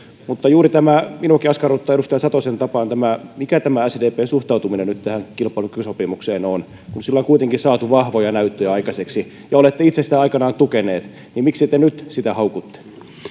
mutta juuri tämä minuakin askarruttaa edustaja satosen tapaan mikä sdpn suhtautuminen nyt tähän kilpailukykysopimukseen on kun sillä on kuitenkin saatu vahvoja näyttöjä aikaiseksi ja olette itse sitä aikanaan tukeneet niin miksi te nyt sitä haukutte